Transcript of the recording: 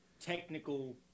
technical